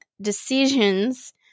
decisions